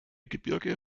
gebirge